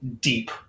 deep